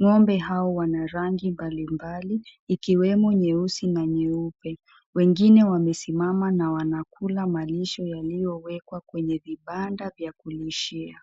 Ng'ombe hao Wana rangi mbalimbali ikiwemo nyeusi na nyeupe. Wengine wamesimama na wanakula malisho yaliyowekwa kwenye vibanda vya kulishia.